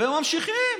וממשיכים.